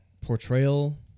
portrayal